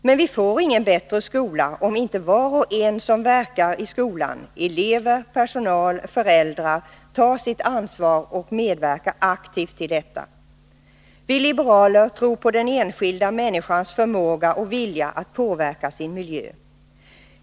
Men vi får ingen bättre skola om inte var och en som verkar i skolan — elever, personal och föräldrar — tar sitt ansvar och medverkar aktivt till detta. Vi liberaler tror på den enskilda människans förmåga och vilja att påverka sin miljö.